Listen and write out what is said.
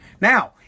Now